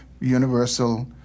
universal